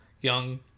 young